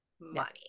money